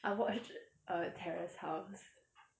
I watch err terrace house